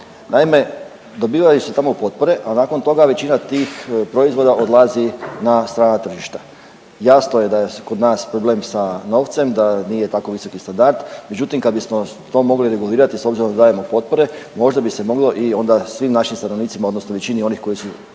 Naime, dobivali su tamo potpore, a nakon toga većina tih proizvoda odlazi na strana tržišta, jasno je da je kod nas problem sa novcem, da nije tako visoki standard, međutim kad bismo to mogli regulirati s obzirom da dajemo potpore možda bi se moglo onda i svim našim stanovnicima odnosno većini onih koji su